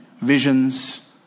visions